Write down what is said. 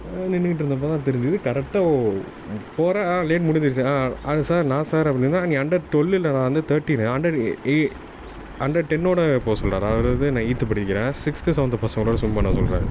நின்றுக்கிட்ருந்தப்ப தான் தெரிஞ்சுது கரெக்டாக போகிறேன் ஆ லேன் முடிஞ்சுருச்சி ஆ ஆக சார் நான் சார் அப்படி தான் நீ அன்டர் டுவெல்லில் நான் வந்து தேர்ட்டின்னு அண்டரு எ அண்டர் டென்னோடு போக சொல்கிறாரு அதாவது நான் எயித்து படிக்கிறேன் சிக்ஸ்த்து செவன்த்து பசங்களோடு ஸ்விம் பண்ணிண சொல்கிறாரு